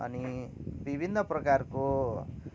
अनि विभिन्न प्रकारको